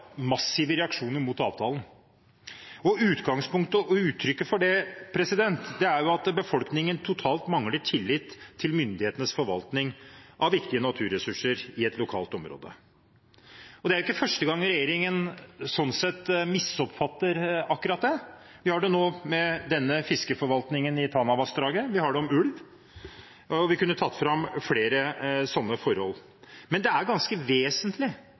massive reaksjoner mot avtalen. Utgangspunktet og uttrykket for det er at befolkningen totalt mangler tillit til myndighetenes forvaltning av viktige naturressurser i et lokalt område. Det er ikke første gang regjeringen sånn sett misoppfatter akkurat det, vi ser det nå med fiskeforvaltningen i Tanavassdraget, vi ser det om ulv, og vi kunne tatt fram flere sånne forhold. Men det er ganske vesentlig